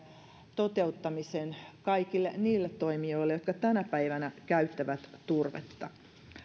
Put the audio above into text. toteuttamisen kaikille niille toimijoille jotka tänä päivänä käyttävät turvetta